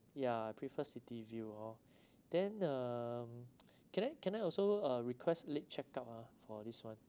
ya prefer city view hor then um can I can I also uh request late check out ah for this one